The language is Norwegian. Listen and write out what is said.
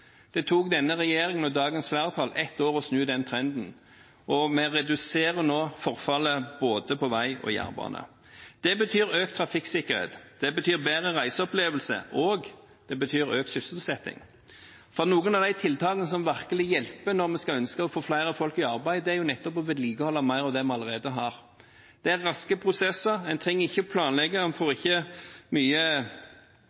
Det tok denne regjeringen med dagens flertall ett år å snu den trenden, og vi reduserer nå forfallet på både vei og jernbane. Det betyr økt trafikksikkerhet. Det betyr bedre reiseopplevelse, og det betyr økt sysselsetting. For noen av de tiltakene som virkelig hjelper når vi ønsker å få flere folk i arbeid, er nettopp å vedlikeholde mer av det vi allerede har. Det er raske prosesser. En trenger ikke å planlegge, en får ikke mye